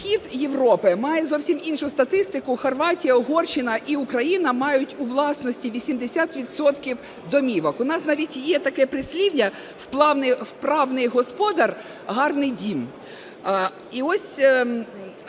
Схід Європи має зовсім іншу статистику. Хорватія, Угорщина і Україна мають у власності 80 відсотків домівок. У нас навіть є таке прислів'я: "Вправний господар – гарний дім".